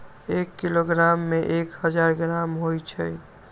एक किलोग्राम में एक हजार ग्राम होई छई